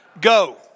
Go